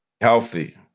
healthy